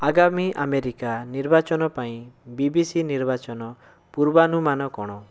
ଆଗାମୀ ଆମେରିକା ନିର୍ବାଚନ ପାଇଁ ବି ବି ସି ନିର୍ବାଚନ ପୂର୍ବାନୁମାନ କ'ଣ